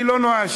אני לא נואשתי.